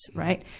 right.